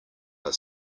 are